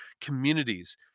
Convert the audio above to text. communities